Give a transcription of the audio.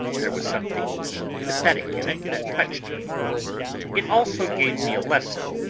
there was something pathetic in it that touched me it also gave me a lesson,